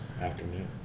afternoon